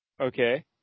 Okay